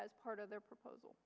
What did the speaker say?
as part of their proposal